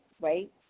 right